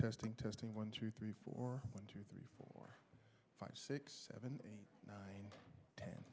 testing testing one two three four one two three four five six seven eight nine